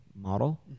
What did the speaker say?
model